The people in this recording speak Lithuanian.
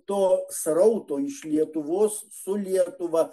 to srauto iš lietuvos su lietuva